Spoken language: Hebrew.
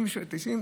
90 שקלים,